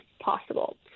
possible